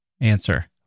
Answer